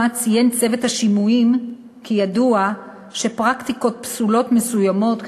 ציין צוות השימועים כי ידוע שפרקטיקות פסולות מסוימות,